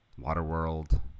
Waterworld